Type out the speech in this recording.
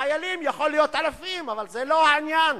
החיילים יכולים להיות אלפים, אבל זה לא העניין,